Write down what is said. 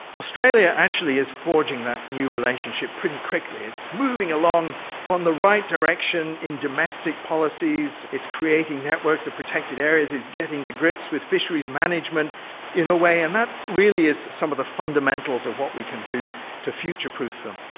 australia actually is forging that new relationship pretty quickly. it's moving along on the right direction in domestic policies, it's creating networks of protected areas, it's getting to grips with fisheries management in a way, and that really is some of the fundamentals of what we can do to future-proof them.